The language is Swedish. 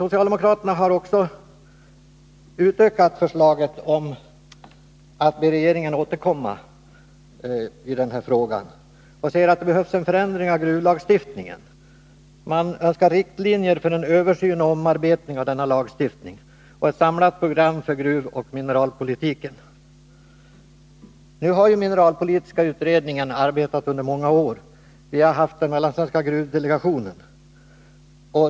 Socialdemokraterna har också utökat förslaget om att be regeringen återkomma i denna fråga, och de säger att det behövs en förändring av gruvlagstiftningen. De önskar riktlinjer för en översyn och omarbetning av denna lagstiftning och ett samlat program för gruvoch mineralpolitiken. Mineralpolitiska utredningen har nu arbetat under många år, och vi har också haft den mellansvenska gruvdelegationen.